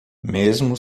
mesmo